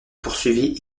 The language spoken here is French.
poursuivis